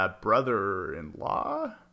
Brother-in-law